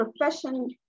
profession